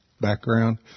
background